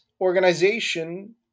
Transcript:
organization